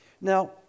Now